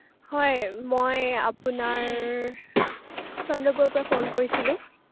হয় মই আপোনাৰ চন্দ্ৰপুৰৰ পৰা ফোন কৰিছিলোঁ